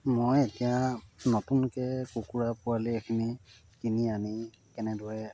মই এতিয়া নতুনকৈ কুকুৰা পোৱালি এখিনি কিনি আনি কেনেদৰে